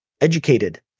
educated